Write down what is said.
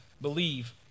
believe